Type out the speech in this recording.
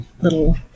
little